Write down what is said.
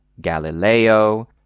Galileo